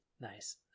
Nice